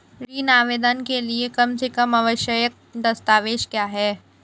ऋण आवेदन के लिए कम से कम आवश्यक दस्तावेज़ क्या हैं?